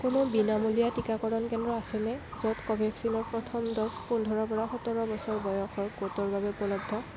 কোনো বিনামূলীয়া টীকাকৰণ কেন্দ্ৰ আছেনে য'ত কোভেক্সিনৰ প্ৰথম ড'জ পোন্ধৰৰ পৰা সোতৰ বছৰ বয়সৰ গোটৰ বাবে উপলব্ধ